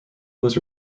was